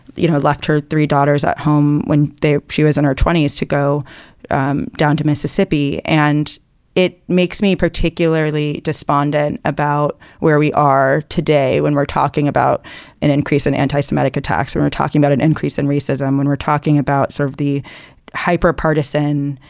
you know, left her three daughters at home when there she was in her twenty s to go um down to mississippi. and it makes me particularly despondent about where we are today when we're talking about an increase in anti-semitic attacks, when i'm talking about an increase in racism, when we're talking about sort of the hyper partisan,